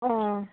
অঁ